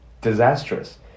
disastrous